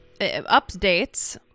updates